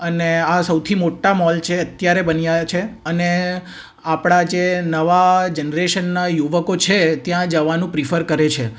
અને આ સૌથી મોટા મોલ છે અત્યારે બન્યા છે અને આપણા જે નવા જનરેશનના યુવકો છે ત્યાં જવાનું પ્રીફર કરે છે